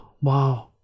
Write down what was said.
wow